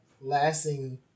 lasting